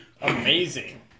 Amazing